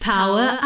Power